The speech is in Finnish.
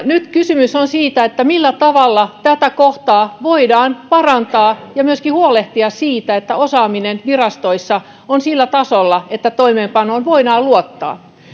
nyt kysymys on siitä millä tavalla tätä kohtaa voidaan parantaa ja myöskin huolehtia siitä että osaaminen virastoissa on sillä tasolla että toimeenpanoon voidaan luottaa